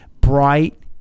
bright